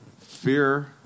fear